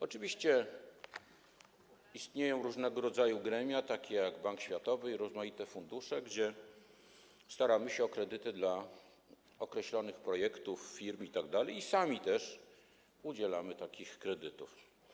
Oczywiście istnieją różnego rodzaju gremia, takie jak Bank Światowy, rozmaite fundusze, gdzie staramy się o kredyty dla określonych projektów, firm itd., i sami też udzielamy takich kredytów.